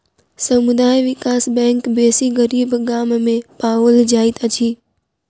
समुदाय विकास बैंक बेसी गरीब गाम में पाओल जाइत अछि